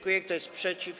Kto jest przeciw?